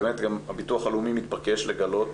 באמת גם הביטוח הלאומי מתבקש לגלות